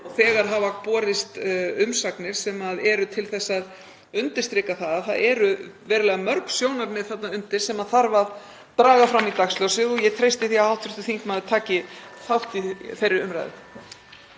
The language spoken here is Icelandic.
þegar hafa borist umsagnir sem eru til að undirstrika að það eru verulega mörg sjónarmið þarna undir sem þarf að draga fram í dagsljósið. Ég treysti því að hv. þingmaður taki þátt í þeirri umræðu.